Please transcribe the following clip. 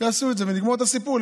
יעשו את זה ונגמור את הסיפור.